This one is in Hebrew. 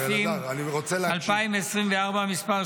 -- מורידים, מבטלים את עליית המע"מ.